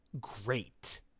great